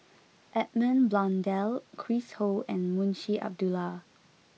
Edmund Blundell Chris Ho and Munshi Abdullah